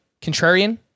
contrarian